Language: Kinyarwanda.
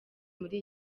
muri